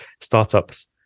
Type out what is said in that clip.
startups